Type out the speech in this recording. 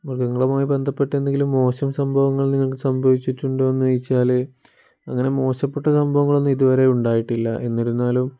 മൃഗങ്ങളുമായി ബന്ധപ്പെട്ട് എന്തെങ്കിലും മോശം സംഭവങ്ങൾ നിങ്ങള്ക്ക് സംഭവിച്ചിട്ടുണ്ടോയെന്ന് ചോദിച്ചാൽ അങ്ങനെ മോശപ്പെട്ട സംഭവങ്ങളൊന്നും ഇതുവരെ ഉണ്ടായിട്ടില്ല എന്നിരുന്നാലും